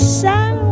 sun